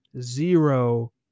zero